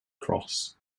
cross